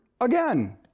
again